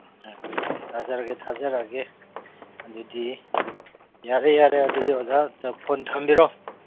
ꯎꯝ ꯊꯥꯖꯔꯛꯑꯒꯦ ꯊꯥꯖꯔꯛꯑꯒꯦ ꯑꯗꯨꯗꯤ ꯌꯥꯔꯦ ꯌꯥꯔꯦ ꯑꯗꯨꯗꯤ ꯑꯣꯖꯥ ꯐꯣꯟ ꯊꯝꯕꯤꯔꯣ